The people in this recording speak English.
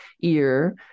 ear